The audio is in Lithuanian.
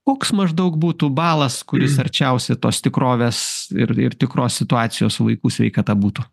koks maždaug būtų balas kuris arčiausiai tos tikrovės ir ir tikros situacijos su vaikų sveikata būtų